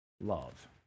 love